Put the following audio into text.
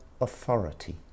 authority